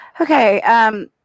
Okay